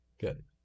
Good